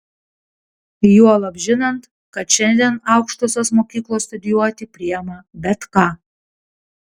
juolab žinant kad šiandien aukštosios mokyklos studijuoti priima bet ką